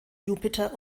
jupiter